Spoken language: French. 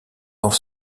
dans